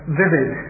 vivid